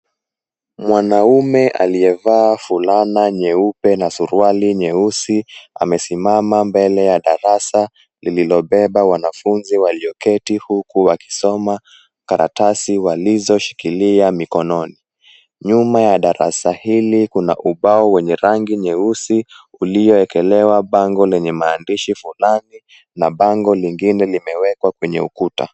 Mwanaume aliyevaa fulana nyeupe na suruali nyeusi amesimama mbele ya darasa lililobeba wanafunzi walioketi huku wakisoma karatasi walizoshikilia mikononi. Nyuma ya darasa hili kuna ubao wenye rangi nyeusi uliyoekelewa bango lenye maandishi fulani na bango lingine limewekwa kwenye ukuta.